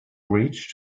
reached